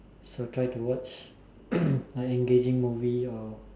so try to watch an engaging movie or